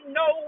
no